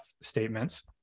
statements